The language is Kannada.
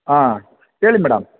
ಹಾಂ ಹೇಳಿ ಮೇಡಮ್